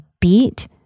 beat